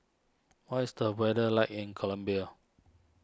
what is the weather like in Colombia